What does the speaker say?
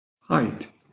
height